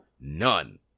None